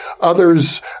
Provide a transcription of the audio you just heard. others